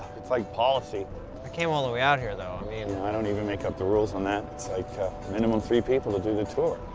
it's like policy. i came all the way out here, though. i mean. i don't even make up the rules on that. it's like minimum three people to do the tour.